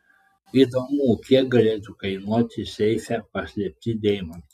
įdomu kiek galėtų kainuoti seife paslėpti deimantai